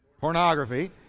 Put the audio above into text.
Pornography